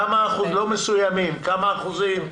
לא מסוימים, כמה אחוזים?